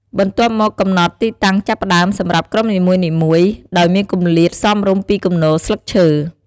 បន្ទាប់មកកំណត់ ទីតាំងចាប់ផ្ដើម សម្រាប់ក្រុមនីមួយៗ ដោយមានគម្លាតសមរម្យពីគំនរស្លឹកឈើ។